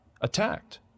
attacked